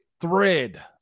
thread